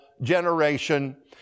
generation